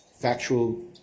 factual